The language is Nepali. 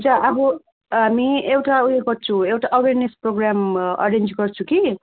हुन्छ अब हामी एउटा उयो गर्छु एउटा अवेरनेस प्रोगाम अरेन्ज गर्छु कि